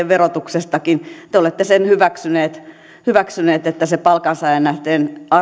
verotuksestakin te olette sen hyväksyneet hyväksyneet että se palkansaajaan nähden